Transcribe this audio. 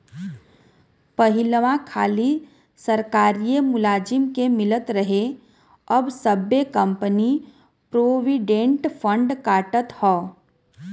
पहिलवा खाली सरकारिए मुलाजिम के मिलत रहे अब सब्बे कंपनी प्रोविडेंट फ़ंड काटत हौ